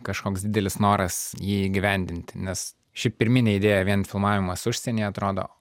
kažkoks didelis noras jį įgyvendinti nes ši pirminė idėja vien filmavimas užsienyje atrodo